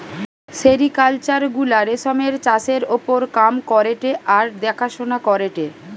sericulture গুলা রেশমের চাষের ওপর কাম করেটে আর দেখাশোনা করেটে